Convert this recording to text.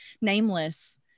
nameless